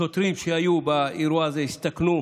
השוטרים שהיו באירוע הזה הסתכנו,